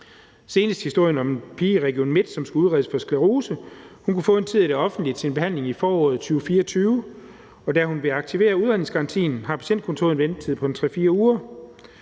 senest historien om en pige i Region Midtjylland, som skulle udredes for sklerose. Hun kunne få en tid i det offentlige til en behandling i foråret 2024, og da hun ville aktivere udredningsgarantien, havde patientkontoret en ventetid på 3-4 uger,